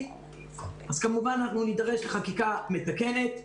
כמובן אנחנו נידרש לחקיקה מתקנת.